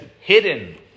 hidden